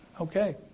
okay